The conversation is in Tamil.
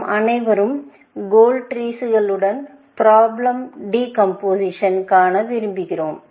நாம் அனைவரும் கோல் ட்ரீஸ் களுடன் ப்ராப்லம் டிகம்போசிஷன் காண விரும்புகிறோம்